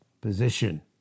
position